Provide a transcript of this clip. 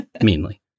Meanly